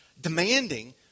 demanding